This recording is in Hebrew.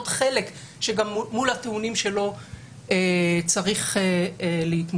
עוד חלק שגם מול הטיעונים שלו צריך להתמודד.